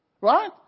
Right